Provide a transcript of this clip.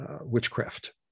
witchcraft